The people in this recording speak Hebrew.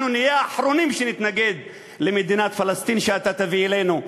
אנחנו נהיה האחרונים שנתנגד למדינת פלסטין שאתה תביא אלינו.